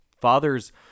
father's